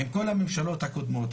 עם כל הממשלות הקודמות,